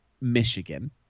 Michigan